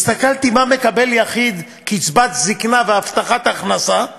הסתכלתי כמה מקבל יחיד בקצבת זיקנה והבטחת הכנסה,